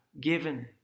given